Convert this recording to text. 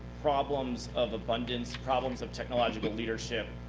problems of abundance, problems of technological leadership,